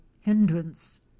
hindrance